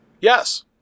Yes